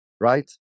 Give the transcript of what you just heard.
right